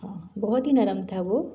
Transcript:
हाँ बहुत ही नर्म था वो